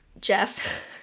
Jeff